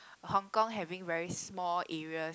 Hong Kong having very small areas